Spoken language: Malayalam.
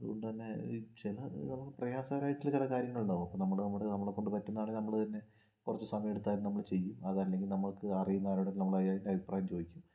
അതുകൊണ്ടെന്നേ ചില നമുക്ക് പ്രയാസകരായിട്ടുള്ള ചില കാര്യങ്ങളുണ്ടാവും അപ്പോൾ നമ്മള് നമ്മളെ കൊണ്ട് പറ്റുന്ന കാര്യം നമ്മള് തന്നെ കൊറച്ച് സമയെടുത്താലും നമ്മള് തന്നെ ചെയ്യും അതല്ലെങ്കിൽ നമ്മൾക്ക് അറിയുന്ന ആരോടെങ്കിലും അതിൻ്റെ അഭിപ്രായം ചോദിക്കും